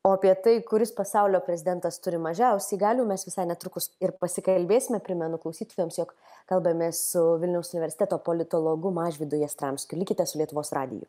o apie tai kuris pasaulio prezidentas turi mažiausiai galių mes visai netrukus ir pasikalbėsime primenu klausytojams jog kalbamės su vilniaus universiteto politologu mažvydu jastramskiu likite su lietuvos radiju